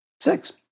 Six